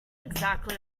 exactly